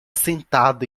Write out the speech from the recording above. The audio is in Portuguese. sentado